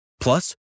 Plus